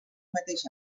mateix